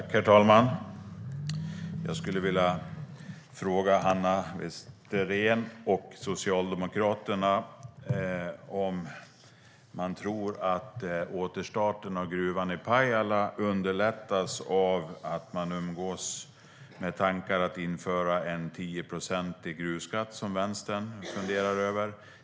Herr talman! Jag skulle vilja fråga Hanna Westéren och Socialdemokraterna om de tror att återstarten av gruvan i Pajala underlättas av att de umgås med tankar på att införa en tioprocentig gruvskatt, som Vänstern funderar över.